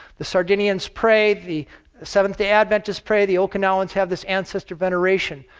the sardinians pray. the seventh-day adventists pray. the okinawans have this ancestor veneration.